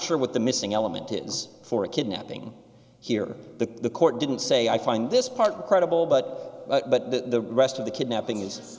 sure what the missing element is for a kidnapping here the the court didn't say i find this part credible but but the rest of the kidnapping is